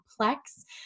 complex